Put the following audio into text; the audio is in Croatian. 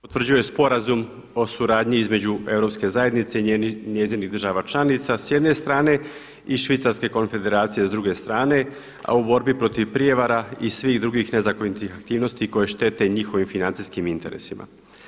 potvrđuje Sporazum o suradnji između Europske zajednice i njezinih država članica s jedne strane i Švicarske konfederacije s druge strane u borbi protiv prijevara i svih drugih nezakonitih aktivnosti koje štete njihovim financijskim interesima.